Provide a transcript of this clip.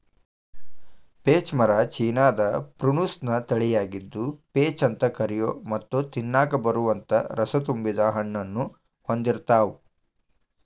peach ಮರ ಚೇನಾದ prunus ನ ತಳಿಯಾಗಿದ್ದು, ಪೇಚ್ ಅಂತ ಕರಿಯೋ ಮತ್ತ ತಿನ್ನಾಕ ಬರುವಂತ ರಸತುಂಬಿದ ಹಣ್ಣನ್ನು ಹೊಂದಿರ್ತಾವ